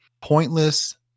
Pointless